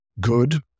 good